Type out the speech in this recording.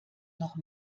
noch